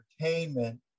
entertainment